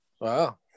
Wow